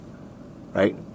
right